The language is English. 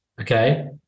Okay